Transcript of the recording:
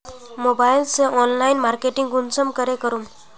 Mobile से online marketing कुंसम के करूम?